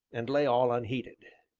and lay all unheeded.